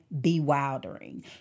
bewildering